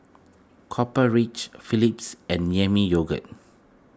Copper Ridge Philips and Yami Yogurt